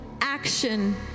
action